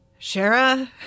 Shara